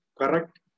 correct